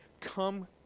come